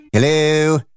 Hello